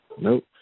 Nope